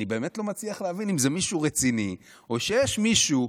אני באמת לא מצליח להבין אם זה מישהו רציני או שיש מישהו,